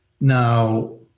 Now